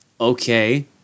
Okay